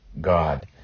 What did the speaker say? God